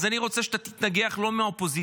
אז אני רוצה שאתה תתנגח לא עם האופוזיציה,